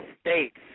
States